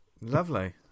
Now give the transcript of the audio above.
Lovely